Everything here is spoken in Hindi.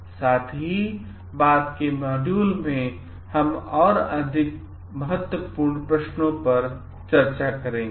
साथ ही बाद के मॉड्यूल में हम और अधिक महत्वपूर्ण प्रश्न पर चर्चा करेंगे